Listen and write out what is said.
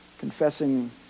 confessing